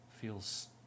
feels